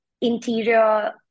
interior